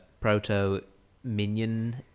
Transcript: proto-minion